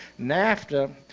NAFTA